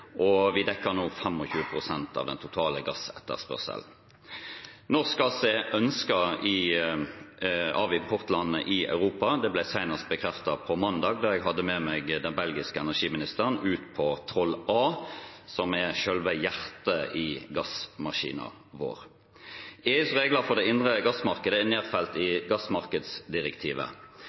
og vi dekker nå 25 pst. av den totale gassetterspørselen. Norsk gass er ønsket av importland i Europa. Det ble senest bekreftet på mandag da jeg hadde med meg den belgiske energiministeren ut på Troll A, som er selve hjertet i gassmaskinen vår. EUs regler for det indre gassmarkedet er nedfelt i gassmarkedsdirektivet.